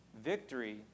victory